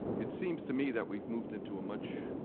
it seems to me that we've moved into a much